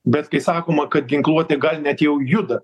bet kai sakoma kad ginkluotė gal net jau juda